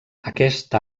aquest